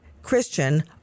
Christian